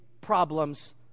problems